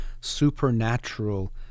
supernatural